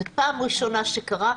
זו פעם ראשונה שזה קרה.